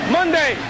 Monday